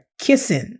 kissing